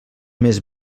més